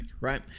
Right